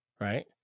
Right